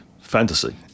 fantasy